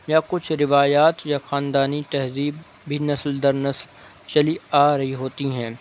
یا کچھ روایات یا خاندانی تہذیب بھی نسل در نسل چلی آ رہی ہوتی ہیں